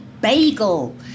bagel